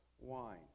wine